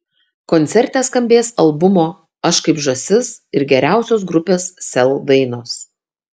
koncerte skambės albumo aš kaip žąsis ir geriausios grupės sel dainos